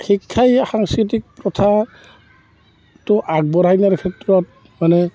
শিক্ষাই সাংস্কৃতিক প্ৰথাটো আগবঢ়াই নিয়াৰ ক্ষেত্ৰত মানে